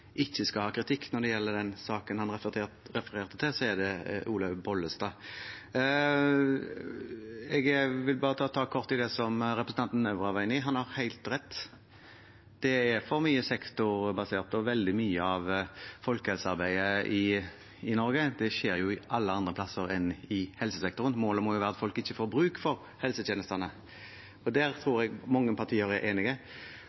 ikke skal ha kritikk når det gjelder den saken han refererte til, så er det Olaug V. Bollestad. Jeg vil – kort – ta tak i det som representanten Nævra var inne på. Han har helt rett, det er for mye sektorbasert, og veldig mye av folkehelsearbeidet i Norge skjer alle andre steder enn i helsesektoren. Målet må være at folk ikke får bruk for helsetjenestene, og der tror jeg mange partier er enige.